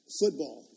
football